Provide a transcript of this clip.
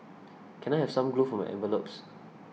can I have some glue for my envelopes